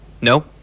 No